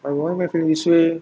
why why am I feeling this way